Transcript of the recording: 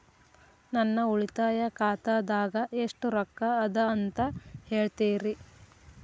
ನನ್ನ ಉಳಿತಾಯ ಖಾತಾದಾಗ ಎಷ್ಟ ರೊಕ್ಕ ಅದ ಅಂತ ಹೇಳ್ತೇರಿ?